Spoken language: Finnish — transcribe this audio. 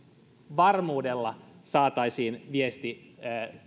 varmuudella saataisiin viesti